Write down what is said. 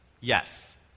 Yes